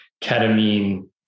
ketamine